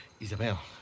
Isabel